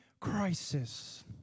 crisis